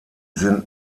sind